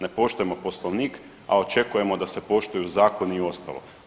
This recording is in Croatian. Ne poštujemo Poslovnik, a očekujemo da se poštuju zakoni i ostalo.